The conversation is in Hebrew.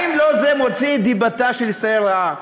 האם לא זה מוציא את דיבתה של ישראל רעה?